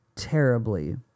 terribly